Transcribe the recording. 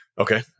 Okay